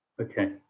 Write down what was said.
okay